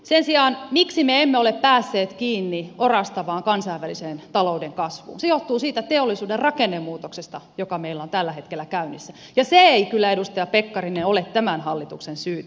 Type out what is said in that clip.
sen sijaan se että me emme ole päässeet kiinni orastavaan kansainväliseen talouden kasvuun johtuu siitä teollisuuden rakennemuutoksesta joka meillä on tällä hetkellä käynnissä ja se ei kyllä edustaja pekkarinen ole tämän hallituksen syytä